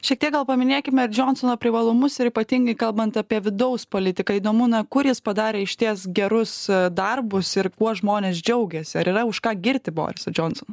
šiek tiek gal paminėkime ir džionsono privalumus ir ypatingai kalbant apie vidaus politiką įdomu na kur jis padarė išties gerus darbus ir kuo žmonės džiaugiasi ar yra už ką girti borisą džionsoną